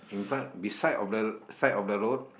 in front beside of the side of the road